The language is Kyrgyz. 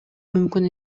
мүмкүн